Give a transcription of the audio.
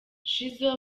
shizzo